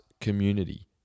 Community